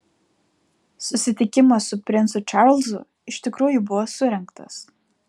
susitikimas su princu čarlzu iš tikrųjų buvo surengtas